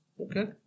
Okay